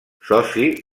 soci